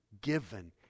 given